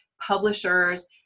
publishers